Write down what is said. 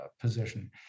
position